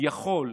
יכול,